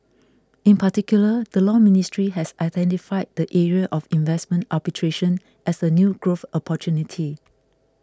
in particular the Law Ministry has identified the area of investment arbitration as a new growth opportunity